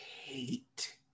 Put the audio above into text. hate